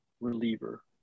reliever